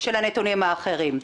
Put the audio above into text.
של הנתונים האחרים.